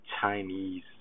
Chinese